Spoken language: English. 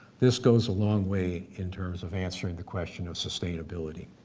this goes a long way in terms of answering the question of sustainability.